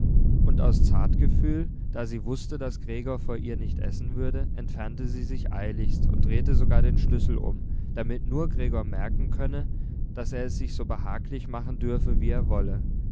und aus zartgefühl da sie wußte daß gregor vor ihr nicht essen würde entfernte sie sich eiligst und drehte sogar den schlüssel um damit nur gregor merken könne daß er es sich so behaglich machen dürfe wie er wolle